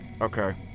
Okay